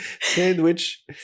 Sandwich